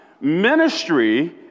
ministry